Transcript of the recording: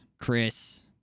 Chris